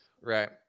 right